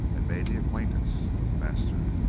and made the acquaintance of the master.